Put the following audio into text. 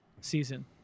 season